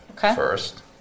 first